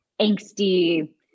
angsty